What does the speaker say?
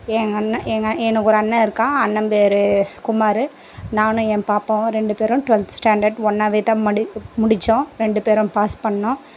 எங்கள் அண்ணன் எங்கள் எனக்கு ஒரு அண்ணன் இருக்கான் அண்ணன் பேர் குமார் நானும் என் பாப்பாவும் ரெண்டு பேரும் டுவெல்த் ஸ்டாண்டர்ட் ஒன்னாகவே தான் முடி முடிச்சோம் ரெண்டு பேரும் பாஸ் பண்ணோம்